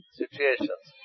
situations